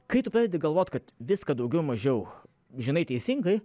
kai tu pradedi galvot kad viską daugiau mažiau žinai teisingai